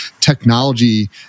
technology